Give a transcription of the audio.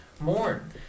mourn